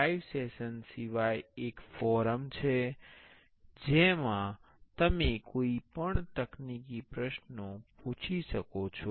live session સિવાય એક forum છે જેમાં તમે કોઈપણ તકનીકી પ્રશ્નો પૂછી શકો છો